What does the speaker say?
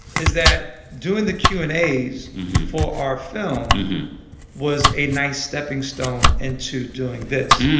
is that doing the q and a's for our film was a nice stepping stone into doing this.